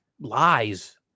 lies